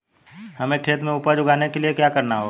हमें खेत में उपज उगाने के लिये क्या करना होगा?